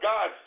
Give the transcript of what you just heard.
God